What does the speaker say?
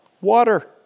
water